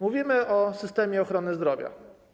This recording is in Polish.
Mówimy o systemie ochrony zdrowia.